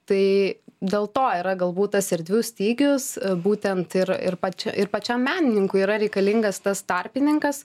tai dėl to yra galbūt tas erdvių stygius būtent ir ir pačia ir pačiam menininkui yra reikalingas tas tarpininkas